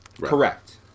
Correct